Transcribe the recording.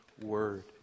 Word